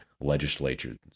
legislatures